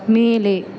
மேலே